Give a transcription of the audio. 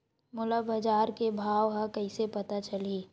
मोला बजार के भाव ह कइसे पता चलही?